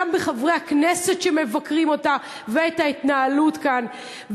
גם באמצעות חברי הכנסת שמבקרים אותה ואת ההתנהלות כאן.